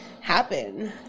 happen